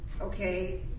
okay